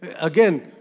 Again